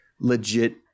legit –